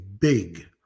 big